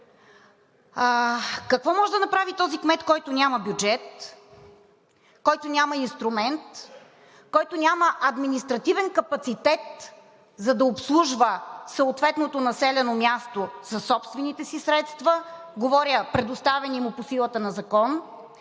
Какво може да направи този кмет, който няма бюджет, който няма инструмент, който няма административен капацитет, за да обслужва съответното населено място със собствените си средства, говоря предоставени му по силата на закон,